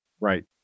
Right